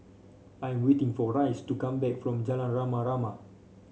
I am waiting for Rice to come back from Jalan Rama Rama